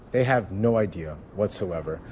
they had no idea whatsoever.